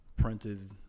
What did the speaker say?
Printed